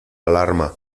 alarma